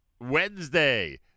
Wednesday